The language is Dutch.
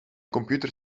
computer